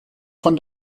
von